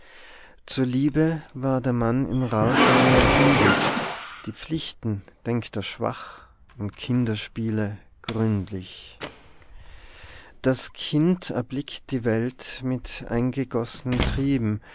zur liebe war der mann im rausche nur empfindlich die pflichten denkt er schwach und kinderspiele gründlich das kind erblickt die welt mit eingegeossnen trieben